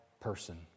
person